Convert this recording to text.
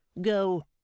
Go